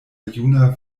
juna